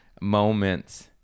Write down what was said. moments